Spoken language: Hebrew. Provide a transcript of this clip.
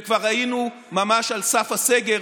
וכבר היינו ממש על סף הסגר,